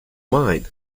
mine